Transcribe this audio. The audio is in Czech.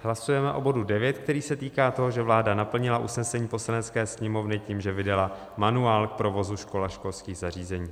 Hlasujeme o bodu 9, který se týká toho, že vláda naplnila usnesení Poslanecké sněmovny tím, že vydala manuál k provozu škol a školských zařízení.